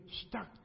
stuck